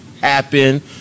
happen